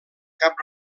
cap